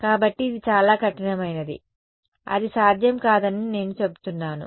కాబట్టి ఇది చాలా కఠినమైనది అది సాధ్యం కాదని నేను చెప్తున్నాను